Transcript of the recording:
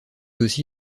aussi